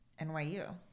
NYU